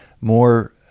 more